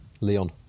Leon